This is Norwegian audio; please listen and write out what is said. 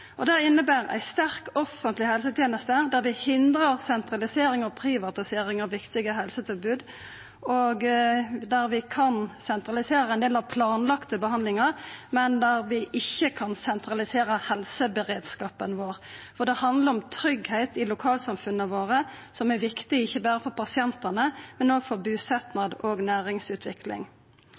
helseteneste. Det inneber ei sterk offentleg helseteneste, der vi hindrar sentralisering og privatisering av viktige helsetilbod, og der vi kan sentralisera ein del av planlagde behandlingar, men der vi ikkje kan sentralisera helseberedskapen vår. Det handlar om tryggleik i lokalsamfunna våre, som er viktig ikkje berre for pasientane, men òg for busetnad og næringsutvikling.